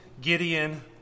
Gideon